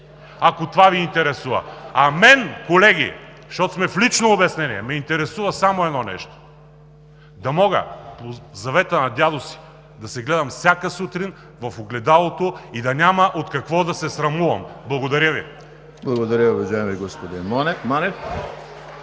ако това Ви интересува! А мен, колеги, защото сме в лично обяснение, ме интересува само едно нещо – да мога по завета на дядо си да се гледам всяка сутрин в огледалото и да няма от какво да се срамувам. Благодаря Ви. (Шум и реплики.)